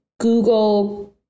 Google